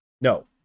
No